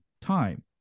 time